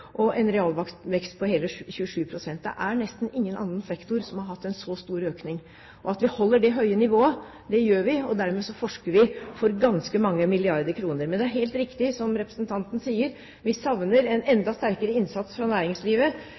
og en realvekst på hele 27 pst. Det er nesten ingen annen sektor som har hatt en så stor økning. Og vi holder det høye nivået – det gjør vi – og dermed forsker vi for ganske mange milliarder kroner. Men det er helt riktig som representanten sier: Vi savner en enda sterkere innsats fra næringslivet.